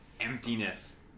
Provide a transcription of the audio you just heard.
emptiness